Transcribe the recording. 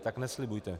Tak neslibujte!